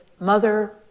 mother